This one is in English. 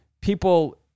people